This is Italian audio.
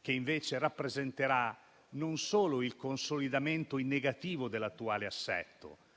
che invece rappresenterà non solo il consolidamento in negativo dell'attuale assetto,